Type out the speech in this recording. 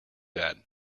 that